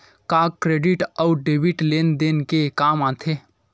का क्रेडिट अउ डेबिट लेन देन के काम आथे?